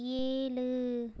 ஏழு